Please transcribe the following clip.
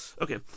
okay